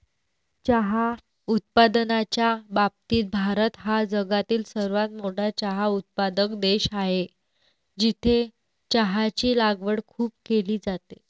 चहा उत्पादनाच्या बाबतीत भारत हा जगातील सर्वात मोठा चहा उत्पादक देश आहे, जिथे चहाची लागवड खूप केली जाते